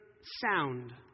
sound